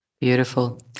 Beautiful